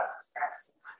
stress